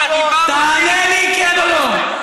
תענה לי: כן או לא.